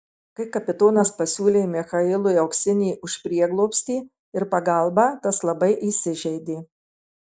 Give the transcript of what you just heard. kai kapitonas pasiūlė michailui auksinį už prieglobstį ir pagalbą tas labai įsižeidė